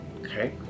okay